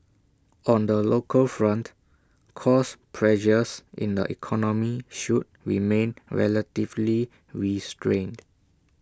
on the local front cost pressures in the economy should remain relatively restrained